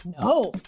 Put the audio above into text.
no